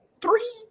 Three